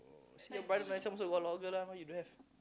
see your brother not handsome also got a lot of girl [one] why you don't have